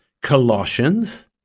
Colossians